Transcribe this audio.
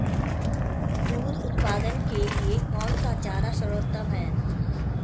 दूध उत्पादन के लिए कौन सा चारा सर्वोत्तम है?